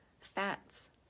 fats